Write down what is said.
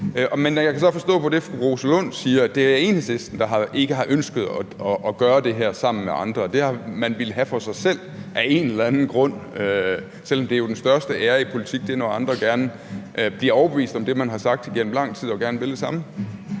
Lund siger, at det er Enhedslisten, der ikke har ønsket at gøre det her sammen med andre – det har man villet have for sig selv – af en eller anden grund, selv om den største glæde i politik jo er, når andre bliver overbevist om det, man har sagt til dem igennem lang tid, og gerne vil det samme.